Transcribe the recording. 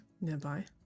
nearby